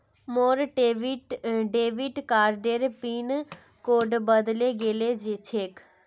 मोर डेबिट कार्डेर pin number बदले गेल छेक